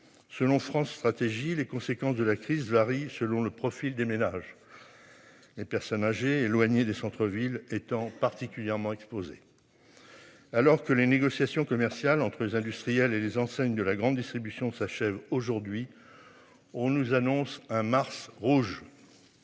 Selon France Stratégie. Les conséquences de la crise varie selon le profil des ménages. Les personnes âgées éloignées des centre-ville étant particulièrement exposés. Alors que les négociations commerciales entre eux industrielle et les enseignes de la grande distribution s'achève aujourd'hui. On nous annonce un mars rouge.